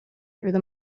through